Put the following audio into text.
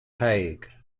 hague